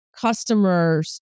customers